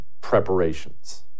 preparations